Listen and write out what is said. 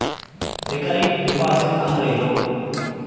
Recurring deposit ಅಂದರೇನು?